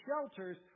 shelters